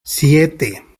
siete